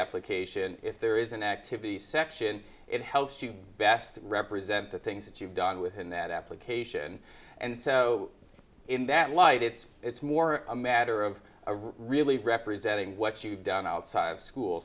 application if there is an activity section it helps you best represent the things that you've done within that application and so in that light it's it's more a matter of really representing what you've done outside of school